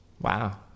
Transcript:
wow